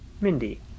Mindy